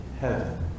heaven